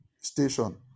station